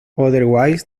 otherwise